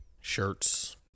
shirts